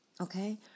Okay